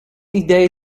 idee